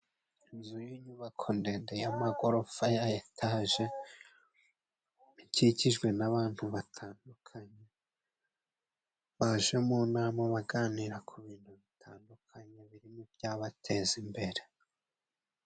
Inzu y'inyubako ndende y'amagorofa ya etage ikikijwe n'abantu batandukanye baje mu nama baganira kubintu bitandukanye birimo ibyabateza imbere.